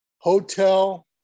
Hotel